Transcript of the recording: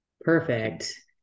Perfect